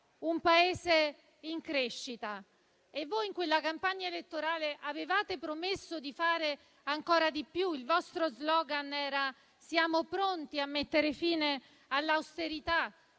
un Paese in crescita e in quella campagna elettorale avete promesso di fare ancora di più. Il vostro *slogan* era: siamo pronti a mettere fine all'austerità;